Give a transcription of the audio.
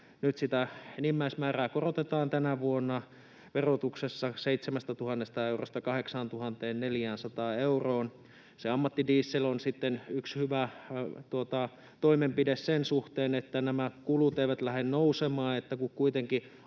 nyt sitä enimmäismäärää korotetaan tänä vuonna verotuksessa 7 000 eurosta 8 400 euroon. Se ammattidiesel on sitten yksi hyvä toimenpide sen suhteen, että nämä kulut eivät lähde nousemaan.